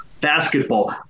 basketball